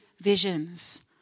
visions